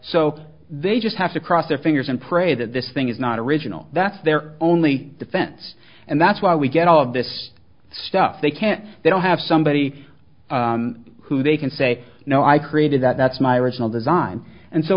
so they just have to cross their fingers and pray that this thing is not original that's their only defense and that's why we get all of this stuff they can't they don't have somebody who they can say no i created that that's my original design and so